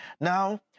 Now